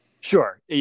Sure